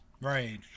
right